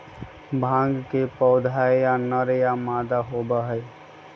भांग के पौधा या नर या मादा होबा हई